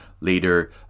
later